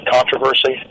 Controversy